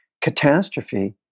catastrophe